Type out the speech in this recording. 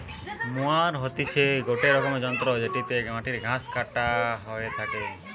mower হতিছে গটে রকমের যন্ত্র জেটিতে মাটির ঘাস ছাটা হইয়া থাকে